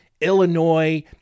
Illinois